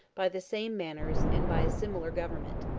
by the same manners, and by a similar government.